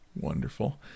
Wonderful